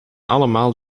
allemaal